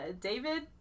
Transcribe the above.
david